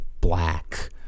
black